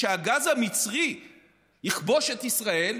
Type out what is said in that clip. שהגז המצרי יכבוש את ישראל,